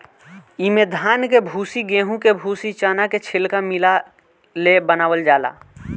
इमे धान के भूसी, गेंहू के भूसी, चना के छिलका मिला ले बनावल जाला